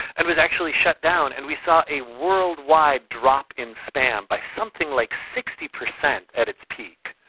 and was actually shut down, and we saw a worldwide drop in spam by something like sixty percent at its peak.